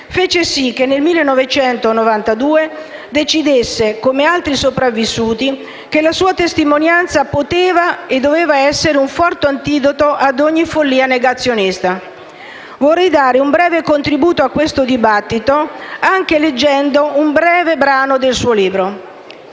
fece sì che, nel 1992, decidesse, come altri sopravissuti, che la sua testimonianza poteva e doveva essere un forte antidoto ad ogni follia negazionista. Vorrei dare un piccolo contributo a questo dibattito anche leggendo un breve brano del suo libro: